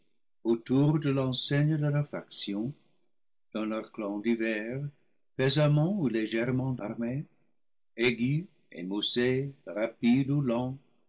autour de l'enseigne de leurs factions dans leurs clans divers pesamment ou légèrement armés aigus émoussés rapides ou